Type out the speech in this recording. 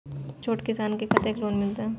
छोट किसान के कतेक लोन मिलते?